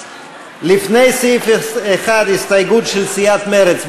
לפני סעיף 1, הסתייגות של סיעת מרצ.